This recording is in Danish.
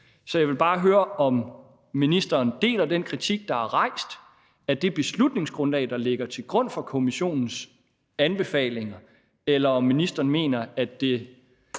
Jeg vil bare høre, om ministeren deler den kritik, der er rejst af det beslutningsgrundlag, der ligger til grund for Kommissionens anbefalinger, eller om ministeren mener, at det